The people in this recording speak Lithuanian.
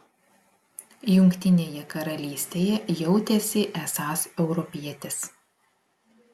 jungtinėje karalystėje jautėsi esąs europietis